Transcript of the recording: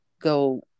go